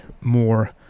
more